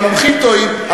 והמומחים טועים,